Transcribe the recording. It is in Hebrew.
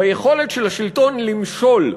ביכולת של השלטון למשול,